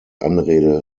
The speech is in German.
anrede